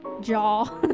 jaw